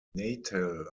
natal